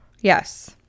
Yes